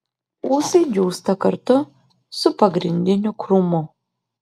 ūsai džiūsta kartu su pagrindiniu krūmu